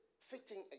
fitting